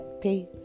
Peace